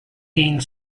gained